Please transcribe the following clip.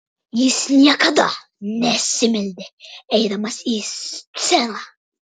jis niekada nesimeldė eidamas į sceną